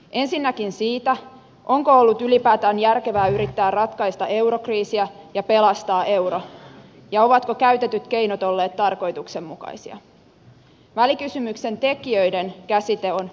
ensinnäkin siitä onko ollut ylipäätään järkevää yrittää ratkaista eurokriisiä ja pelastaa euro ja ovatko käytetyt keinot olleet tarkoituksenmukaisia välikysymyksen tekijöiden käsite on tukipakettipolitiikka